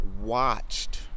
watched